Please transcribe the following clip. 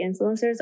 influencers